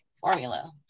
formula